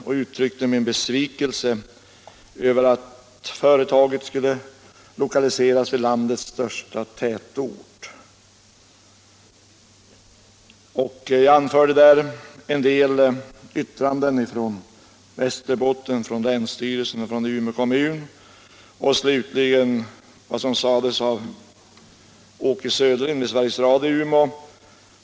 Jag uttryckte min besvikelse över att företaget skulle lokaliseras till landets största tätort. Jag anförde en del yttranden av länsstyrelsen i Västerbotten, av Umeå kommun och av Åke Söderlind vid Sveriges Radio i Umeå.